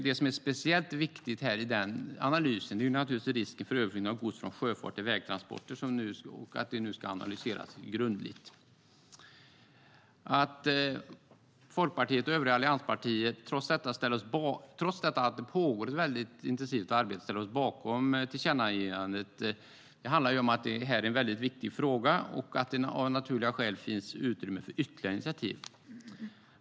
Det som är speciellt viktigt i den analysen är naturligtvis att grundligt titta på risken för överflyttning av gods från sjöfart till vägtransporter. Att Folkpartiet och övriga allianspartier trots att det pågår ett väldigt intensivt arbete ställer oss bakom tillkännagivandet handlar ju om att det här är en väldigt viktig fråga och att det av naturliga skäl finns utrymme för ytterligare initiativ.